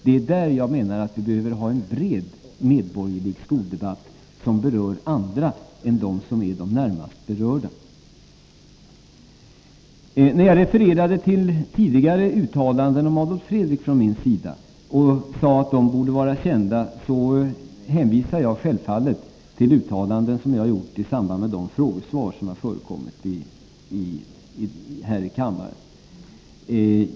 Jag menar alltså att vi behöver en bred meborgerlig skoldebatt som angår även andra än de närmast berörda. När jag refererade till tidigare uttalanden av mig om Adolf Fredrik och sade att de borde vara kända syftade jag naturligtvis på uttalanden som jag gjort i samband med de frågesvar som förekommit här i kammaren.